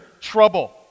trouble